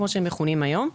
כמו שהם מכונים היום,